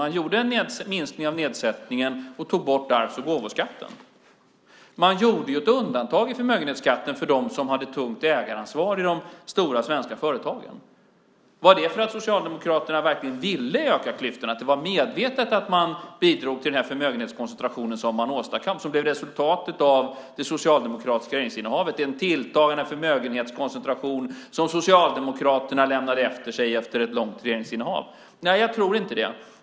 Man gjorde en minskning av nedsättningen och tog bort arvs och gåvoskatten. Man gjorde ett undantag i förmögenhetsskatten för dem som hade tungt ägaransvar i de stora svenska företagen. Var det för att Socialdemokraterna verkligen ville öka klyftorna? Bidrog man medvetet till den här förmögenhetskoncentrationen, som man åstadkom, som blev resultatet av det socialdemokratiska regeringsinnehavet - det var en tilltagande förmögenhetskoncentration som Socialdemokraterna lämnade efter sig efter ett långt regeringsinnehav? Nej, jag tror inte det.